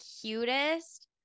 cutest